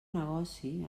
negoci